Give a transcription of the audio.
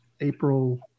April